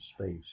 space